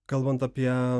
kalbant apie